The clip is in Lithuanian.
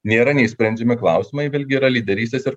nėra nei sprendžiami klausimai vėlgi yra lyderystės ir